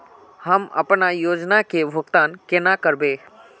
हम अपना योजना के भुगतान केना करबे?